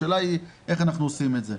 השאלה היא איך אנחנו עושים את זה.